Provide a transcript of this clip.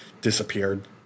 disappeared